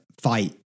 fight